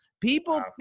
People